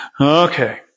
Okay